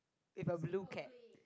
with a blue cat